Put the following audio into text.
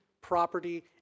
property